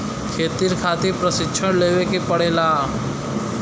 खेती खातिर प्रशिक्षण लेवे के पड़ला